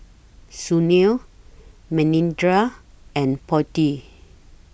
Sunil Manindra and Potti